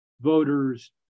voters